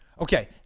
Okay